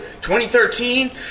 2013